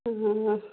ହଁ